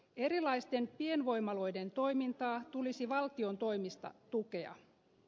erilaisten pienvoimaloiden toimintaa tulisi valtion toimesta tukea